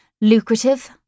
lucrative